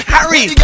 Harry